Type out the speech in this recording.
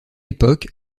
époque